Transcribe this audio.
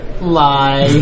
lie